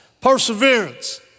perseverance